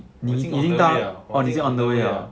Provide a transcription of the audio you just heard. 我已经 on the way liao on the way liao